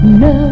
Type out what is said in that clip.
no